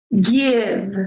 give